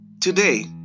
Today